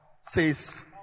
says